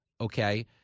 Okay